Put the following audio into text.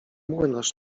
młynarz